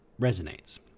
resonates